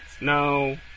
No